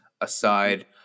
aside